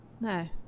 No